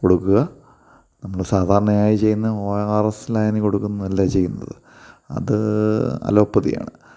കൊടുക്കുക നമ്മൾ സാധാരണയായി ചെയ്യുന്ന ഓ ആർ എസ് ലായനി കൊടുക്കുന്നതല്ല ചെയ്യുന്നത് അത് അലോപ്പതിയാണ്